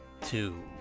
Two